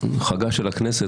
חגה של הכנסת,